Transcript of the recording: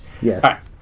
Yes